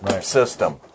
system